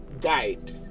guide